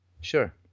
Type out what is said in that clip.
Sure